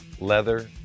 leather